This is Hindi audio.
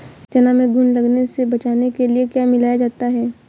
चना में घुन लगने से बचाने के लिए क्या मिलाया जाता है?